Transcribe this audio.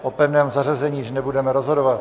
O pevném zařazení již nebudeme rozhodovat.